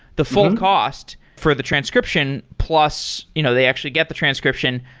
the full cost for the transcription plus you know they actually get the transcription.